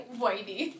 whitey